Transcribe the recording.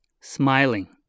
smiling